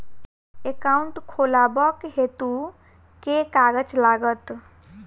Account खोलाबक हेतु केँ कागज लागत?